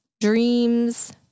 dreams